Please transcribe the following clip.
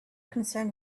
concerned